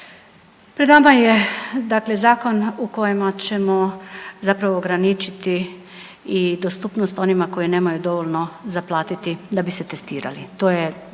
pred nama je dakle zakon u kojem ćemo zapravo ograničiti i dostupnost onima koji nemaju dovoljno za platiti da bi se testirali,